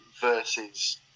versus